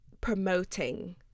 promoting